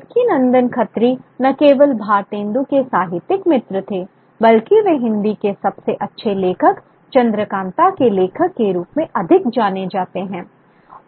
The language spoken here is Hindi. और देवकीनंदन खत्री न केवल भारतेन्दु के साहित्यिक मित्र थे बल्कि वे हिंदी के सबसे अच्छे लेखक चंद्रकांता के लेखक के रूप में अधिक जाने जाते हैं